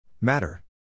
Matter